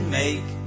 make